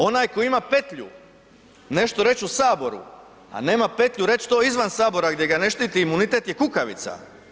Onaj koji ima petlju nešto reći u Saboru a nema petlju to reći izvan Sabora gdje ga ne štiti imunitet je kukavica.